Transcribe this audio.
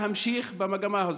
ואי-אפשר להמשיך במגמה הזאת.